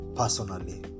personally